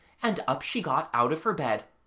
and up she got out of her bed,